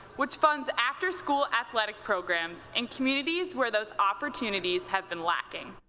which funds after-school athletic programs in communities where those opportunities have been lacking.